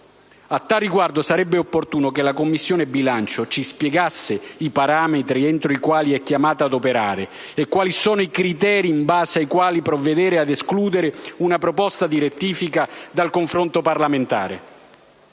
A tal riguardo sarebbe opportuno che la Commissione bilancio ci spiegasse i parametri entro i quali è chiamata ad operare e quali sono i criteri in base ai quali provvede ad escludere una proposta di rettifica dal confronto parlamentare.